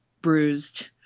bruised